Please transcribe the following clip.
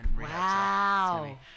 Wow